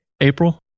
April